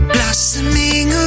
Blossoming